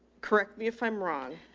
correct me if i'm wrong,